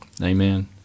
Amen